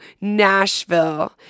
Nashville